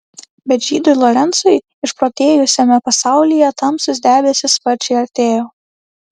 bet žydui lorencui išprotėjusiame pasaulyje tamsūs debesys sparčiai artėjo